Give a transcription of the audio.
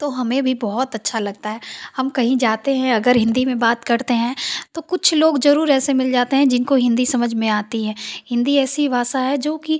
तो हमें भी बहुत अच्छा लगता है हम कहीं जाते हैं अगर हिन्दी में बात करते हैं तो कुछ लोग ज़रूर ऐसे मिल जाते हैं जिनको हिन्दी समझ में आती है हिन्दी ऐसी भाषा है जो कि